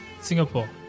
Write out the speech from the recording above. Singapore